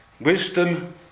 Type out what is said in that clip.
Wisdom